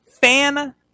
fan